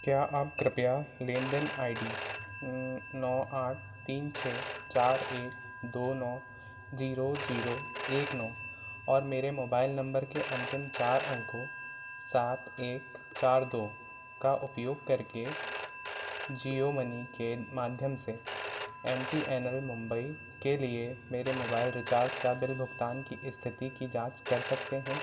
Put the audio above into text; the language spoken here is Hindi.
क्या आप कृपया लेनदेन आई डी नौ आठ तीन छह चार एक दो नौ ज़ीरो ज़ीरो एक नौ और मेरे मोबाइल नम्बर के अन्तिम चार अंकों सात एक चार दो का उपयोग करके ज़ियो मनी के माध्यम से M T N L Mumbai के लिए मेरे मोबाइल रिचार्ज के बिल भुगतान की इस्थिति की जाँच कर सकते हैं